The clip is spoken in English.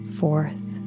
fourth